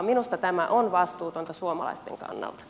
minusta tämä on vastuutonta suomalaisten kannalta